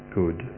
good